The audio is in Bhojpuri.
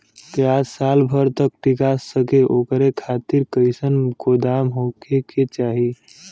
प्याज साल भर तक टीका सके ओकरे खातीर कइसन गोदाम होके के चाही?